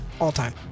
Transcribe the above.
all-time